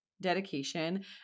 dedication